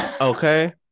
Okay